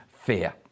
fear